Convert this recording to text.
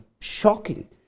shocking